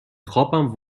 خوابم